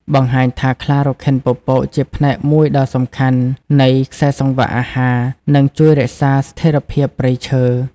បង្ហាញថាខ្លារខិនពពកជាផ្នែកមួយដ៏សំខាន់នៃខ្សែសង្វាក់អាហារ និងជួយរក្សាស្ថិរភាពព្រៃឈើ។